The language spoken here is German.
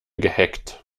gehackt